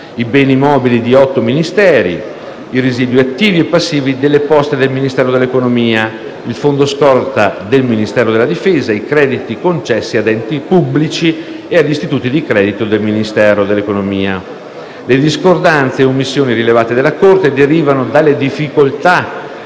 i beni mobili di otto Ministeri; i residui attivi e passivi delle poste del Ministero dell'economia; il fondo scorta del Ministero della difesa; i crediti concessi ad enti pubblici e ad istituti di credito del Ministero dell'economia. Le discordanze e omissioni rilevate dalla Corte dei conti derivano dalle difficoltà